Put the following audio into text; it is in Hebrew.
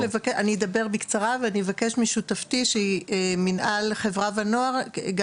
אני אדבר בקצרה ואני אבקש משותפתי ממינהל חברה ונוער להוסיף,